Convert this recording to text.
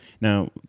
Now